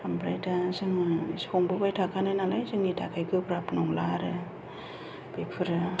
ओमफ्राय दां जों संबोबाय थाखानाय नालाय जोंनि थाखाय गोब्राब नंला आरो बेफोरो